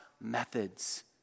methods